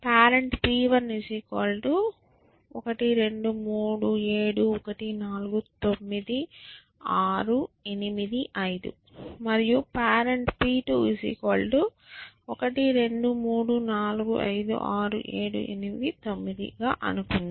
parent P1 1 2 3 7 1 49685 మరియు parent P2 1 2 3 4 5 6 7 8 9 గా అనుకుందాం